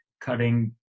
cutting